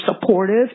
supportive